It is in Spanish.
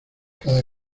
cada